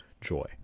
joy